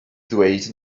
ddweud